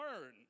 learn